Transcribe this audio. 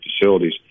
facilities